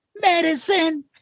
medicine